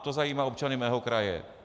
To zajímá občany mého kraje.